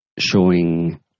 Showing